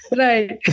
right